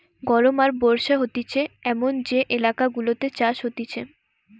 গরম আর বর্ষা হতিছে এমন যে এলাকা গুলাতে চাষ হতিছে